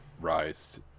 rise